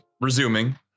resuming